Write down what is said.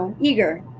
eager